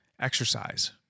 exercise